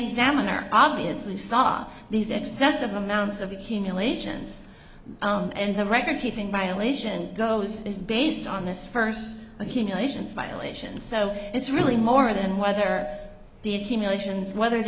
examiner obviously saw these excessive amounts of accumulations and the record keeping violation goes is based on this first accumulations violation so it's really more than whether the accumulations whether the